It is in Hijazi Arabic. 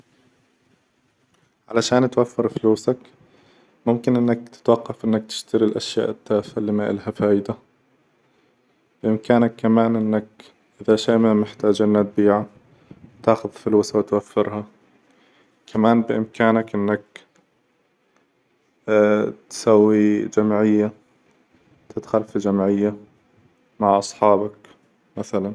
علشان توفر فلوسك ممكن إنك تتوقف إنك تشتري الأشياء التافة إللي ما إلها فايدة، بإمكانك كمان إنك إذا شي ما محتاجه تبيعه وتاخذ فلوسه وتوفرها، كمان بإمكانك إنك تسوي جمعية تدخل في جمعية مع أصحابك مثلا.